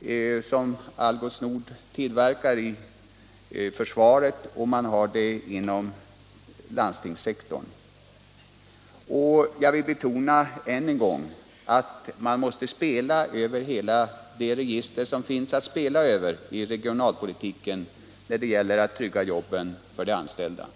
vid Algots Nord förbrukas t.ex. inom försvaret och inom landstingssektorn. Och jag vill än en gång betona att man måste spela över hela det register som finns att spela över i regionalpolitiken när det gäller att trygga jobben för de anställda.